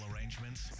arrangements